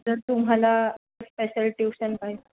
जर तुम्हाला special tuition पाहिज